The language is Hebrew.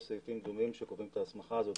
יש סעיפים דומים שקובעים את ההסמכה הזאת.